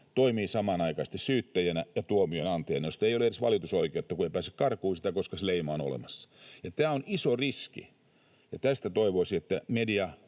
toimii samanaikaisesti syyttäjänä ja tuomion antajana, josta ei ole edes valitusoikeutta, kun ei pääse karkuun sitä, koska se leima on olemassa. Tämä on iso riski, ja toivoisi, että media